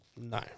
No